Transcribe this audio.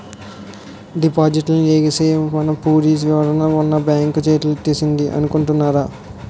డిపాజిట్లన్నీ ఎగవేసి మన వూరి చివరన ఉన్న బాంక్ చేతులెత్తేసిందని అనుకుంటున్నారు